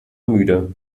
müde